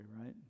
Right